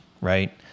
Right